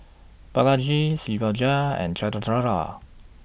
Balaji Shivaji and Chandrasekaran